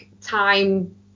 time